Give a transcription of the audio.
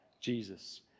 Jesus